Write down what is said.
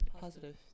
positive